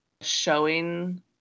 showing